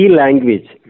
language